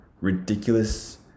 ridiculous